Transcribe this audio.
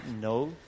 No